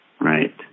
right